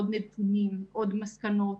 עוד מסקנות,